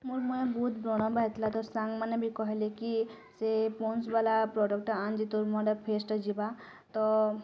ମୋର୍ ମୁହେଁ ବହୁତ୍ ବ୍ରଣ୍ ବାହାରି ଥିଲା ତ ସାଙ୍ଗ୍ ମାନେ ବି କହିଲେ କି ସେ ପଣ୍ଡସ୍ ବାଲା ପ୍ରଡ଼କ୍ଟଟା ଆଣ ଯେ ତୋର୍ ମୁହଁଟା ଫେସ୍ଟା ଯିବା ତ